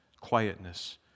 quietness